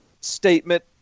statement